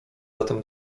zatem